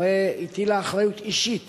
הרי הטילה אחריות אישית